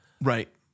Right